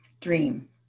dream